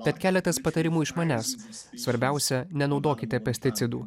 tad keletas patarimų iš manęs svarbiausia nenaudokite pesticidų